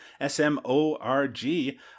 S-M-O-R-G